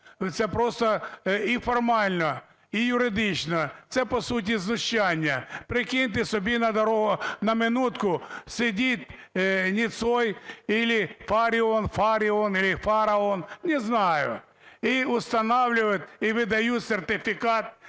Це просто і формально, і юридично, це, по суті, знущання. Прикиньте собі на минутку, сидить Ніцой или Фаріон… Фаріон или "фараон" – не знаю! – і установлюють, і видають сертифікат